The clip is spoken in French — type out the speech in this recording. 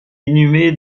inhumé